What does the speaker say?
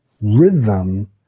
rhythm